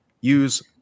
Use